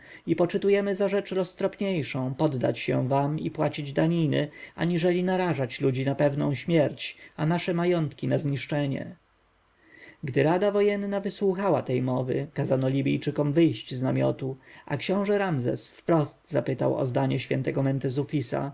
i poczytujemy za rzecz roztropniejszą poddać się wam i płacić daniny aniżeli narażać ludzi na pewną śmierć a nasze majątki na zniszczenie gdy rada wojenna wysłuchała tej mowy kazano libijczykom wyjść z namiotu a książę ramzes wprost zapytał o zdanie świętego